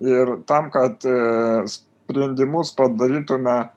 ir tam kad sprendimus padarytume